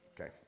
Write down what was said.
Okay